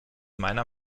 meiner